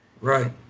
Right